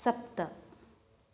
सप्त